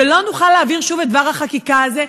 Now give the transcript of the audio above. ולא נוכל להעביר שוב את דבר החקיקה הזה.